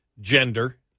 gender